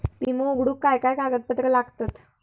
विमो उघडूक काय काय कागदपत्र लागतत?